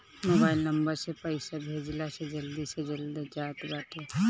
mobile number से पईसा भेजला से जल्दी से चल जात बाटे